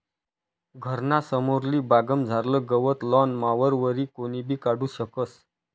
घरना समोरली बागमझारलं गवत लॉन मॉवरवरी कोणीबी काढू शकस